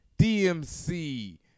DMC